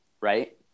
right